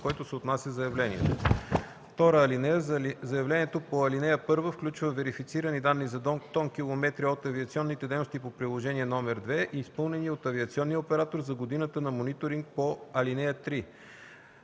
който се отнася заявлението. (2) Заявлението по ал. 1 включва верифицирани данни за тонкилометри от авиационните дейности по приложение № 2, изпълнени от авиационния оператор за годината на мониторинг по ал. 3.